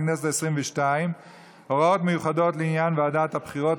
לכנסת העשרים-ושתיים (הוראות מיוחדות לעניין ועדת הבחירות),